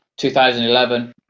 2011